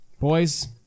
Boys